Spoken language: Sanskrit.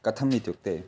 कथम् इत्युक्ते